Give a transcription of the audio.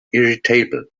irritable